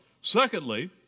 secondly